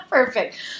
Perfect